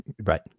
Right